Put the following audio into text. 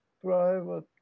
private